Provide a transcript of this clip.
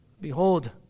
Behold